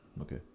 Okay